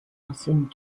passing